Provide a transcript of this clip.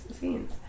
scenes